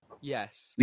Yes